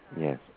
Yes